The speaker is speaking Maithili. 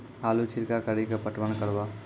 आलू छिरका कड़ी के पटवन करवा?